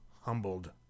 humbled